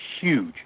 huge